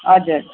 हजुर